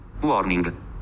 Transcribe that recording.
Warning